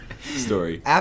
story